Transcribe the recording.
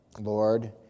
Lord